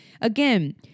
again